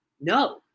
No